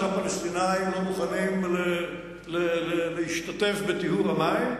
הפלסטינים לא מוכנים להשתתף בטיהור המים.